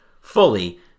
fully